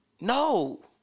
No